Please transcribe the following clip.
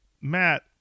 Matt